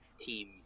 team